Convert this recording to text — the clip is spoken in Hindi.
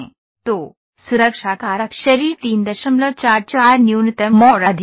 तो सुरक्षा कारक शरीर 344 न्यूनतम और अधिकतम है